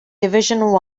division